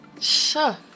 Sure